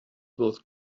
both